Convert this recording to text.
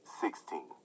Sixteen